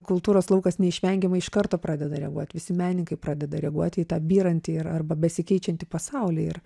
kultūros laukas neišvengiamai iš karto pradeda reaguot visi menininkai pradeda reaguoti į tą byrantį ir arba besikeičiantį pasaulį ir